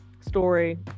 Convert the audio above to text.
story